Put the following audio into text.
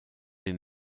den